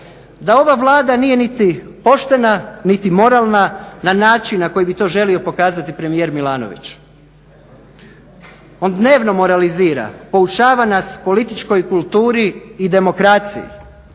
da ova Vlada nije niti poštena niti moralna na način na koji bi to želio pokazati premijer Milanović. On dnevno moralizira, poučava nas političkoj kulturi i demokraciji,